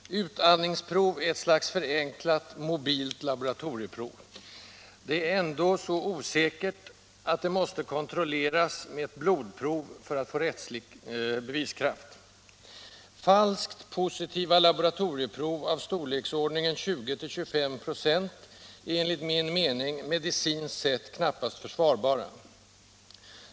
Herr talman! Utandningsprov är ett slags förenklat mobilt laboratorieprov. Det är emellertid så osäkert att det måste kontrolleras med ett blodprov för att få rättslig beviskraft. Falskt positiva laboratorieprov av storleksordningen 20-25 ”6 är enligt min mening — medicinskt sett — knappast försvarbara.